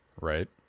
Right